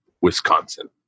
Wisconsin